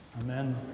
Amen